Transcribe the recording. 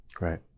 Right